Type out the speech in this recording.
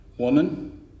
Woman